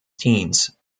teens